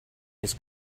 his